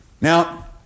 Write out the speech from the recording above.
Now